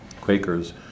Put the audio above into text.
Quakers